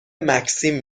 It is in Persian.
مکسیم